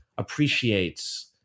appreciates